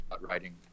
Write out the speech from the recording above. writing